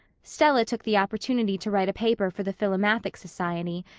stella took the opportunity to write a paper for the philomathic society,